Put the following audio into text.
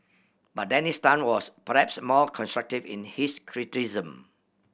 but Dennis Tan was perhaps more constructive in his criticisms